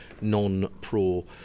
non-pro